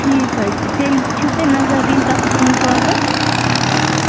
ٹھیٖک حظ چھِ تیٚلہِ چھُو تۄہہِ نظر دِنۍ تَتھ ژوٗنٛٹھۍ باغَس